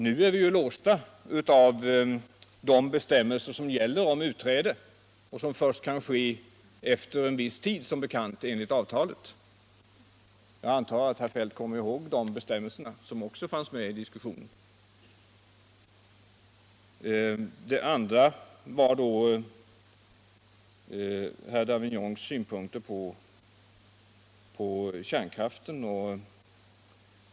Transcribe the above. Nu är vi ju låsta av de bestämmelser som gäller för utträde, vilket som bekant enligt avtalet kan ske först efter en viss tid. Jag antar att herr Feldt kommer ihåg de bestämmelserna — de togs också upp i diskussionen. Det andra som min oro gällde var herr Davignons synpunkter på kärnkraften.